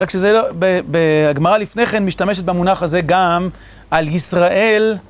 רק שהגמרא לפני כן משתמשת במונח הזה גם על ישראל.